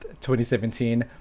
2017